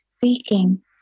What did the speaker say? seeking